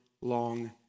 long